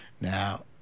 Now